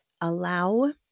allow